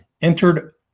entered